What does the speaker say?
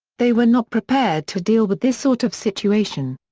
they were not prepared to deal with this sort of situation.